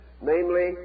namely